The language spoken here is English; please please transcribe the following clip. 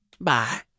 Bye